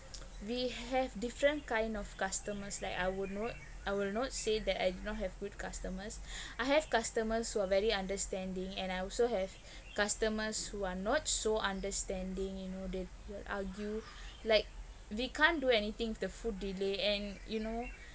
we have different kind of customers like I would not I would not say that I do not have good customers I have customers who are very understanding and I also have customers who are not so understanding you know they argue like we can't do anything if the food delay and you know